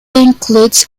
includes